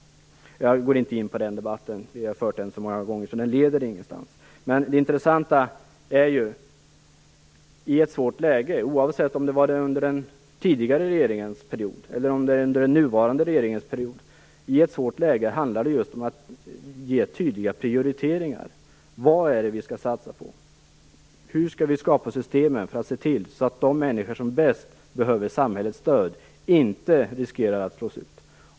Jag går inte in på den debatten. Vi har fört den så många gånger redan, och den leder ingenstans. I ett svårt läge - det gäller oavsett om det rör sig om den tidigare regeringens period eller den nuvarande - handlar det just om att göra tydliga prioriteringar. Vad är det vi skall satsa på? Hur skall vi skapa system för att se till att de människor som bäst behöver samhällets stöd inte riskerar att slås ut?